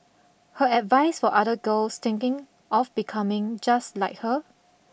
her advice for other girls thinking of becoming just like her